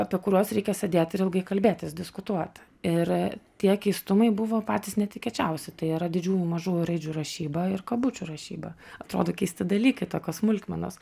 apie kuriuos reikia sėdėt ir ilgai kalbėtis diskutuot ir tie keistumai buvo patys netikėčiausi tai yra didžiųjų mažųjų raidžių rašyba ir kabučių rašyba atrodo keisti dalykai tokios smulkmenos